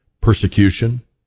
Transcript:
persecution